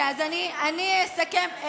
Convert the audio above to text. אני אסכם.